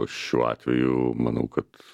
šiuo atveju manau kad